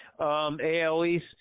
ALEs